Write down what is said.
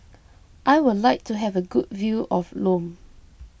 I would like to have a good view of Lome